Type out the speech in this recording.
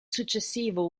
successivo